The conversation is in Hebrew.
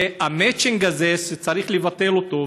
המצ'ינג הזה, צריך לבטל אותו.